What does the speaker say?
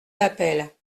l’appel